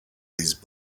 these